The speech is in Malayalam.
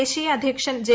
ദേശീയ അധ്യക്ഷൻ ജെ